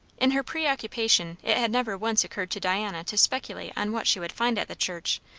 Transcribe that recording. in her preoccupation it had never once occurred to diana to speculate on what she would find at the church,